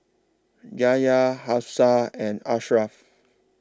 Yahaya Hafsa and Ashraff